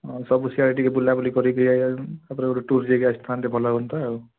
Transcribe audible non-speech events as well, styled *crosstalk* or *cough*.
ଆଉ ସବୁ ସିୟାଡ଼େ ଟିକିଏ ବୁଲାବୁଲି କରି *unintelligible* ତାପରେ ଗୋଟେ ଟୁର୍ ଯାଇକି ଆସନ୍ତେ ଭଲ ହୁଅନ୍ତା ଆଉ